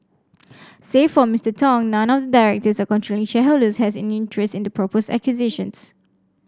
save for Mister Tong none of the directors or controlling shareholders has any interest in the proposed acquisitions